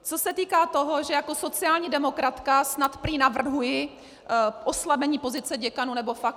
Co se týká toho, že jako sociální demokratka snad prý navrhuji oslabení pozice děkanů nebo fakult.